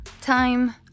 Time